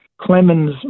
Clemens